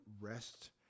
rest